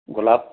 গোলাপ